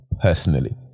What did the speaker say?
personally